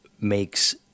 makes